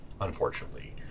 unfortunately